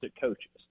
coaches